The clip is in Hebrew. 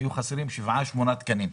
היו חסרים שבעה-שמונה תקנים.